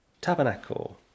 tabernacle